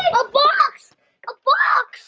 a box a box